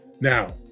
Now